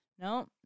No